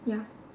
ya